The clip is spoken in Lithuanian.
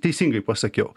teisingai pasakiau